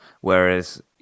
Whereas